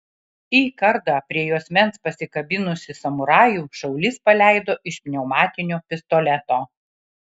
į kardą prie juosmens pasikabinusį samurajų šaulys paleido iš pneumatinio pistoleto